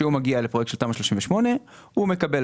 כשהוא מגיע לפרויקט של תמ"א 38 הוא מקבל